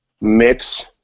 mix